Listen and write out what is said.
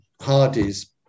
Hardy's